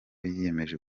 yemeje